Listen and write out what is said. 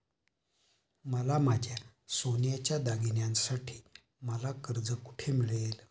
माझ्या सोन्याच्या दागिन्यांसाठी मला कर्ज कुठे मिळेल?